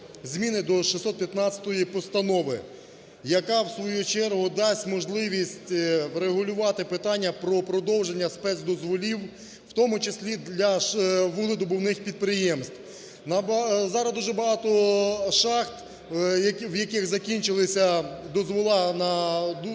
зміни до 615-ї постанови, яка в свою чергу дасть можливість врегулювати питання про продовження спецдозволів, в тому числі для вугледобувних підприємств. Зараз дуже багато шахт, в яких закінчились дозволи на добичу